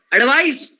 Advice